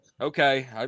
okay